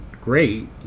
great